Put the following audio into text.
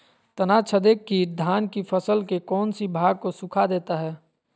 तनाछदेक किट धान की फसल के कौन सी भाग को सुखा देता है?